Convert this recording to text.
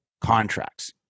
contracts